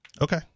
okay